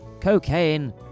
cocaine